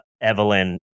Evelyn